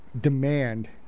demand